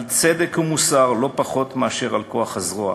צדק ומוסר לא פחות מאשר על כוח הזרוע.